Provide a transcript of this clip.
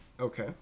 okay